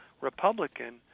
Republican